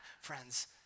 friends